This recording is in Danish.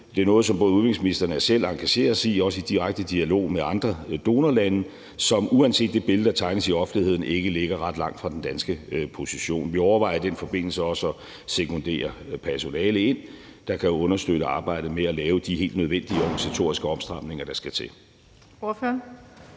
Det er noget, som både udviklingsministeren og jeg selv engagerer os i, også i direkte dialog med andre donorlande, som uanset det billede, der tegnes i offentligheden, ikke ligger ret langt fra den danske position. Vi overvejer i den forbindelse også at sekundere personale ind, der kan understøtte arbejdet med at lave de helt nødvendige organisatoriske opstramninger, der skal til.